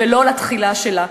ולא לתחילה שלה.